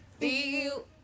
feel